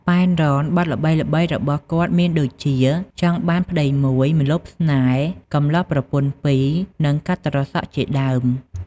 ប៉ែន រ៉ន បទល្បីៗរបស់គាត់មានដូចជា ចង់បានប្ដីមួយ ម្លប់ស្នេហ៍ កំលោះប្រពន្ធពីរ និងកាត់ត្រសក់ជាដើម។